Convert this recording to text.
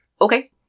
Okay